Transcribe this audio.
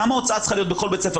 כמה הוצאה צריכה להיות בכל בית ספר.